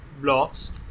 Blocks